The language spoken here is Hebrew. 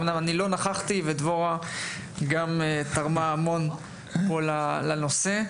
אמנם אני לא נכחתי ודבורה גם תרמה המון פה לנושא,